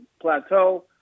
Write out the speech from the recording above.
Plateau